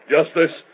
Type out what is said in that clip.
Justice